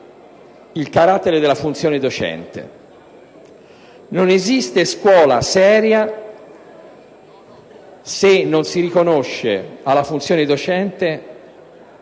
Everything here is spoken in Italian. il carattere della funzione docente. Non esiste scuola seria se non si riconosce alla funzione docente